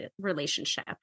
relationship